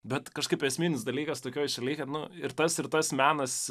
bet kažkaip esminis dalykas tokioj šaly nu kad ir tas ir tas menas